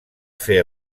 fer